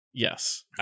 Yes